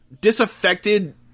disaffected